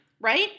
right